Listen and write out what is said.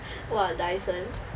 !wah! dyson